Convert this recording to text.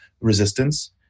resistance